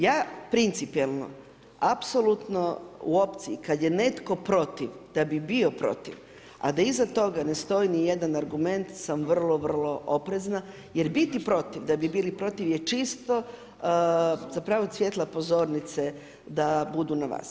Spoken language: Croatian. Ja principijalno, apsolutno, u opciji kad je netko protiv, da bi bio protiv, a da iza toga ne stoji ni jedan argument, sam vrlo vrlo oprezna, jer biti protiv, da bi bili protiv, je čisto zapravo svijetlo pozornice da budu na vas.